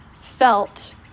felt